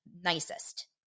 nicest